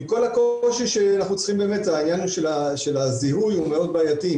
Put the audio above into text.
עם כל הקושי, העניין של הזיהוי מאוד בעייתי.